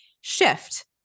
shift